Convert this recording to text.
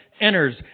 enters